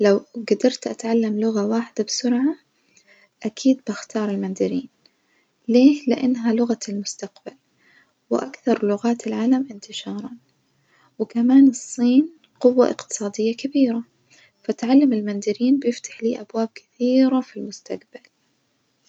لو جدرت أتعلم لغة واحدة بسرعة أكيد بختار الماندرين، ليه؟ لأنها لغة المستقبل وأكثر لغاات العالم إنتشارًا، وكمان الصين قوة إقتصادية كبيرة فتعلم الماندرين بيفتح لي أبواب كثيرة في المستجبل.